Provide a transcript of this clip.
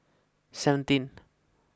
seventeenth